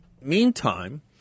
Meantime